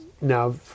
now